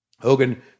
Hogan